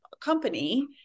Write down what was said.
company